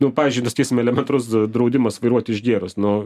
nu pavyzdžiui nu sakysim elementarus draudimas vairuoti išgėrus nu